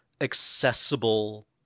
accessible